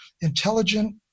intelligent